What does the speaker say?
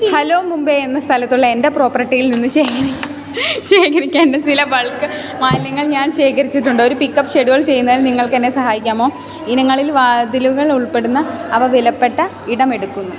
hello Mumbai എന്ന സ്ഥലത്തുള്ള എൻ്റെ പ്രോപ്പർട്ടിയിൽ നിന്ന് ശേഖരി ശേഖരിക്കേണ്ട ചില ബൾക്ക് മാലിന്യങ്ങൾ ഞാൻ ശേഖരിച്ചിട്ടുണ്ട് ഒരു പിക്കപ്പ് ഷെഡ്യൂൾ ചെയ്യുന്നതിൽ നിങ്ങൾക്ക് എന്നെ സഹായിക്കാമോ ഇനങ്ങളിൽ വാതിലുകൾ ഉൾപ്പെടുന്ന അവ വിലപ്പെട്ട ഇടം എടുക്കുന്നു